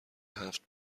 هفت